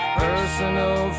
personal